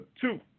two